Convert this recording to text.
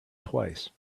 twice